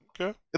Okay